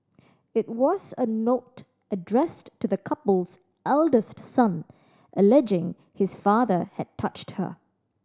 it was a note addressed to the couple's eldest son alleging his father had touched her